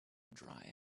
dry